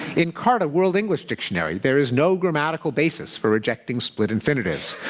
encarta world english dictionary, there is no grammatical basis for rejecting split infinitives.